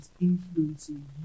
influencing